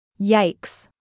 Yikes